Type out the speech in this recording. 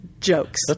jokes